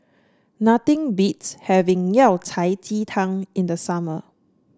nothing beats having Yao Cai Ji Tang in the summer